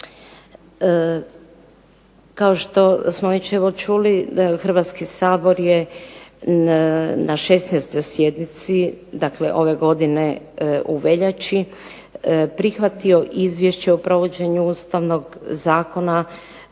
Kao što smo već evo čuli da Hrvatski sabor je na 16. sjednici, dakle ove godine u veljači prihvatio Izvješće o provođenju Ustavnog zakona